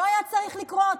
לא היה צריך לקרות.